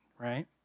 right